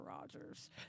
Rogers